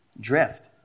drift